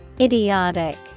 Idiotic